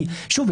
שוב,